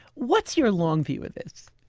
what's your long view of this?